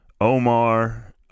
Omar